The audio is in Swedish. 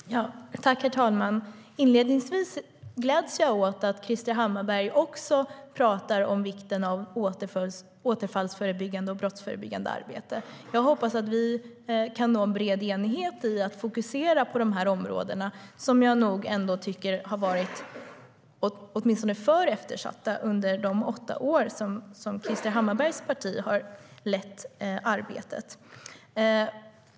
Herr ålderspresident! Inledningsvis gläds jag åt att också Krister Hammarbergh pratar om vikten av återfallsförebyggande och brottsförebyggande arbete. Jag hoppas att vi kan nå en bred enighet om att fokusera på de här områdena, som jag åtminstone tycker har varit för eftersatta under de åtta år som Krister Hammarberghs parti ledde arbetet.